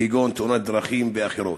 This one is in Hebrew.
כגון תאונות דרכים ואחרות.